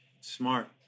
smart